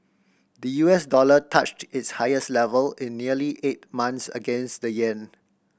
the U S dollar touched its highest level in nearly eight months against the yen